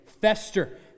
fester